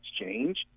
exchange